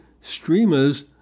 streamers